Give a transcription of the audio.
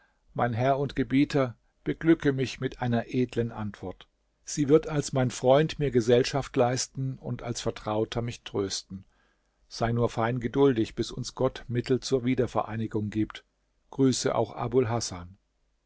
mein herr und gebieter beglücke mich mit einer edlen antwort sie wird als mein freund mir gesellschaft leisten und als vertrauter mich trösten sei nur fein geduldig bis uns gott mittel zur wiedervereinigung gibt grüße auch abul hasan